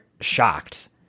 shocked